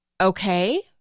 Okay